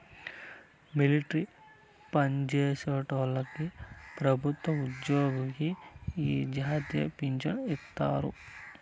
military పన్జేసేటోల్లకి పెబుత్వ ఉజ్జోగులకి ఈ జాతీయ పించను ఇత్తారు